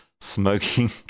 smoking